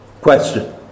question